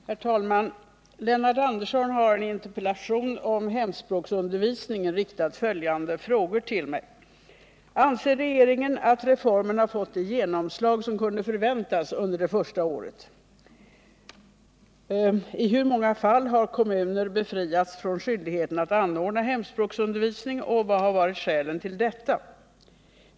Herr talman! Lennart Andersson har i en interpellation om hemspråksundervisningen riktat följande frågor till mig: 1. Anser regeringen att reformen har fått det genomslag som kunde förväntas under det första året? 2. I hur många fall har kommuner befriats från skyldigheten att anordna hemspråksundervisning och vad har varit skälen till detta? 3.